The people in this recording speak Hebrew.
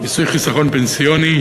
חיסכון פנסיוני,